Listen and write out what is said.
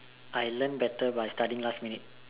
I learn better by studying last minute